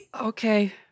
okay